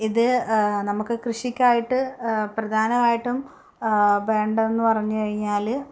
ഇത് നമുക്ക് കൃഷിക്കായിട്ട് പ്രധാനമായിട്ടും വേണ്ടത് എന്ന് പറഞ്ഞു കഴിഞ്ഞാൽ